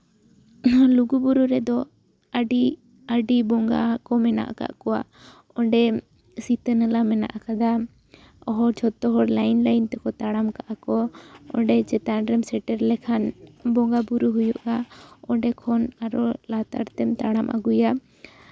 ᱞᱩᱜᱩᱵᱩᱨᱩ ᱨᱮᱫᱚ ᱟᱹᱰᱤ ᱟᱹᱰᱤ ᱵᱚᱸᱜᱟ ᱠᱚ ᱢᱮᱱᱟᱜ ᱟᱠᱟᱫ ᱠᱚᱣᱟ ᱚᱸᱰᱮ ᱥᱤᱛᱟᱱᱟᱞᱟ ᱢᱮᱱᱟ ᱟᱠᱟᱫᱟ ᱡᱷᱚᱛᱚ ᱦᱚᱲ ᱞᱟᱹᱭᱤᱱ ᱞᱟᱹᱭᱤᱱ ᱛᱮᱠᱚ ᱛᱟᱲᱟᱢ ᱠᱟᱜᱼᱟ ᱠᱚ ᱚᱸᱰᱮ ᱪᱮᱛᱟᱱ ᱨᱮᱢ ᱥᱮᱴᱮᱨ ᱞᱮᱠᱷᱟᱱ ᱵᱚᱸᱜᱟᱼᱵᱩᱨᱩ ᱦᱩᱭᱩᱜᱼᱟ ᱚᱸᱰᱮ ᱠᱷᱚᱱ ᱟᱨᱚ ᱞᱟᱛᱟᱨ ᱛᱮᱢ ᱛᱲᱟᱢ ᱟᱹᱜᱩᱭᱟ